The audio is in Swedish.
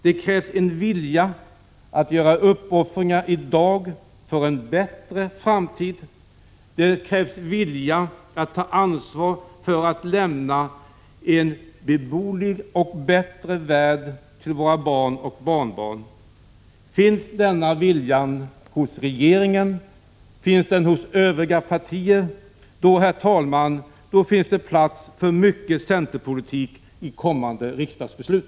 Det krävs en vilja att göra uppoffringar i dag för en bättre framtid. Det krävs vilja att ta ansvar för att lämna en beboelig och bättre värld till våra barn och barnbarn. Finns denna vilja hos regering och övriga partier, då, herr talman, finns det plats för mycket centerpolitik i kommande riksdagsbeslut.